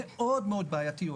מאוד מאוד בעייתיות,